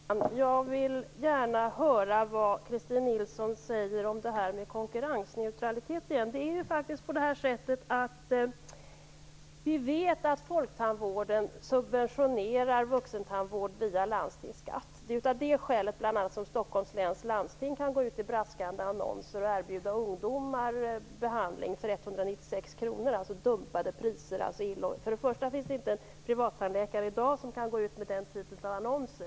Fru talman! Jag vill gärna höra vad Christin Nilsson har att säga i fråga om konkurrensneutralitet. Vi vet att folktandvården subventionerar vuxentandvård via landstingsskatten. Det är av det skälet som Stockholms läns landsting kan gå ut med braskande annonser och erbjuda ungdomar behandling för 196 kr. Det är fråga om dumpade priser. För det första finns det inte en privattandläkare i dag som kan gå ut med den typen av annonser.